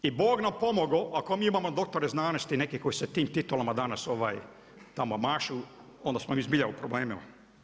I Bog nam pomogao ako mi imamo doktore znanosti neke koje se tim titulama danas tamo mašu, onda smo mi zbilja u problemima.